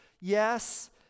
yes